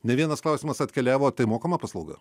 ne vienas klausimas atkeliavo tai mokama paslauga